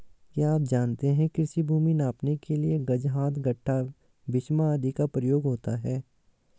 क्या आप जानते है कृषि भूमि नापने के लिए गज, हाथ, गट्ठा, बिस्बा आदि का प्रयोग होता है?